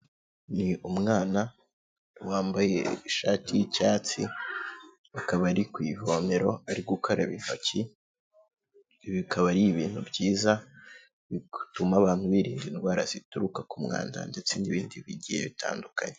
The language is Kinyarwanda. Ni umwana wambaye ishati y'icyatsi, akaba ari ku ivomero ari gukaraba intoki, bikaba ari ibintu byiza bituma abantu birinda indwara zituruka ku mwanda ndetse n'ibindi bigiye bitandukanye.